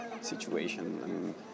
situation